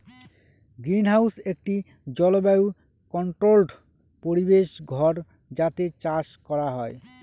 greenhouse একটি জলবায়ু controlled পরিবেশ ঘর যাতে চাষ করা হয়